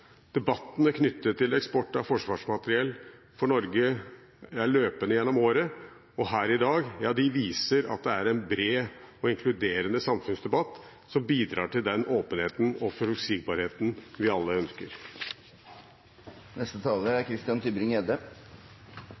debatten gjennom året knyttet til eksport av forsvarsmateriell fra Norge, og debatten her i dag, viser at det er en bred og inkluderende samfunnsdebatt som bidrar til den åpenheten og forutsigbarheten vi alle ønsker. La meg også takke saksordføreren for engasjert arbeid. Forsvarsindustrien er